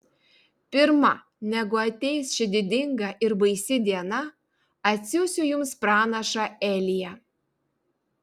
pirma negu ateis ši didinga ir baisi diena atsiųsiu jums pranašą eliją